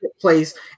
place